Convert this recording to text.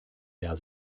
wehr